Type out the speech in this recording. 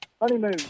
Honeymoon